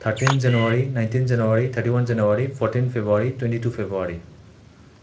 thirteen January nineteen January thirty one January fourteen February twenty two February